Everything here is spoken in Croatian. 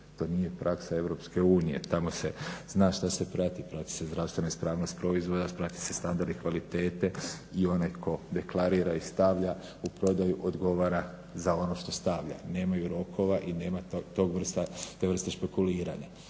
To nije praksa EU. Tamo se zna što se prati, prati se zdravstvena ispravnost proizvoda, prati se standard i kvalitete i onaj tko deklarira i stavlja u prodaju odgovara za ono što stavlja. Nemaju rokova i nema te vrste špekuliranja.